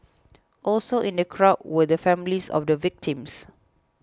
also in the crowd were the families of the victims